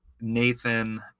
Nathan